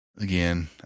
Again